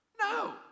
No